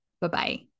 Bye-bye